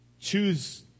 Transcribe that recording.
choose